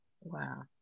Wow